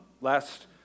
Last